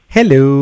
Hello